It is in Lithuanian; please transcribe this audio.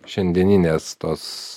šiandieninės tos